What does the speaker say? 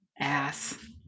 Ass